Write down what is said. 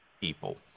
people